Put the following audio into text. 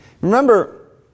Remember